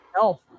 No